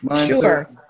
Sure